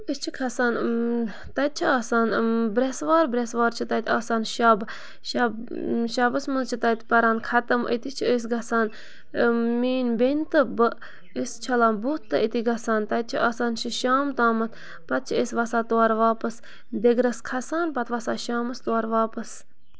أسۍ چھِ کھَسان تَتہِ چھِ آسان برٛٮ۪سوار برٛٮ۪سوار چھِ تَتہِ آسان شَب شَب شَبَس منٛز چھِ تَتہِ پَران خَتم أتی چھِ أسۍ گژھان میٲنۍ بیٚنہِ تہٕ بہٕ أسۍ چھَلان بُتھ تہٕ أتی گژھان تَتہِ چھِ آسان شُہ شام تامَتھ پَتہٕ چھِ أسۍ وَسان تورٕ واپَس دِگرَس کھَسان پَتہٕ وَسان شامَس تور واپَس